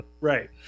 right